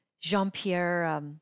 Jean-Pierre